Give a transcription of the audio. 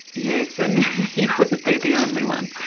yes, and you wouldn't be the only one.